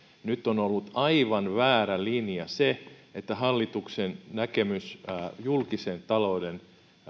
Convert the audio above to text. nyt on ollut aivan väärä linja se että hallituksen näkemys julkisen talouden